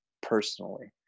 personally